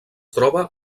troba